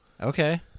Okay